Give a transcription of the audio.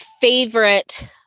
favorite